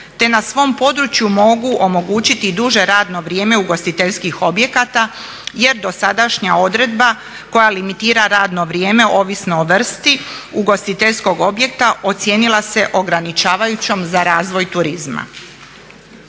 te na svom području mogu omogućiti duže radno vrijeme ugostiteljskih objekata jer dosadašnja odredba koja limitira radno vrijeme ovisno o vrsti ugostiteljskog objekta ocijenila se ograničavajućom za razvoj turizma.